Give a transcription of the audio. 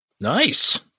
Nice